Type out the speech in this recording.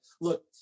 look